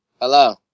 Hello